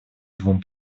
двум